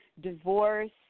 divorce